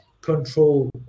control